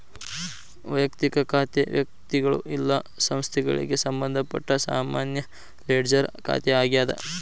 ವಯಕ್ತಿಕ ಖಾತೆ ವ್ಯಕ್ತಿಗಳು ಇಲ್ಲಾ ಸಂಸ್ಥೆಗಳಿಗೆ ಸಂಬಂಧಪಟ್ಟ ಸಾಮಾನ್ಯ ಲೆಡ್ಜರ್ ಖಾತೆ ಆಗ್ಯಾದ